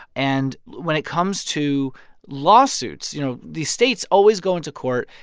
and when it comes to lawsuits, you know, these states always go into court,